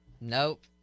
Nope